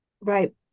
Right